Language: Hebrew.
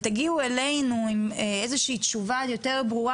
ותגיעו אלינו עם איזו שהיא תשובה יותר ברורה,